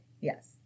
Yes